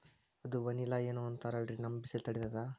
ಅದು ವನಿಲಾ ಏನೋ ಅಂತಾರಲ್ರೀ, ನಮ್ ಬಿಸಿಲ ತಡೀತದಾ?